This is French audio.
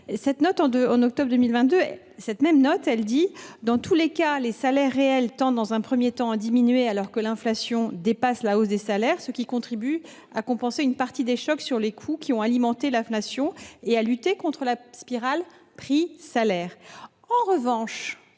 du mois d’octobre 2022, dont je rappelle les termes :« Dans tous les cas, les salaires réels tendent, dans un premier temps, à diminuer alors que l’inflation dépasse la hausse des salaires, ce qui contribue à compenser une partie des chocs sur les coûts qui ont alimenté l’inflation, et à lutter contre la spirale prix salaires. »